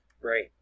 right